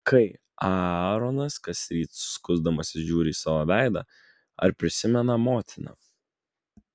kai aaronas kasryt skusdamasis žiūri į savo veidą ar prisimena motiną